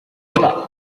hola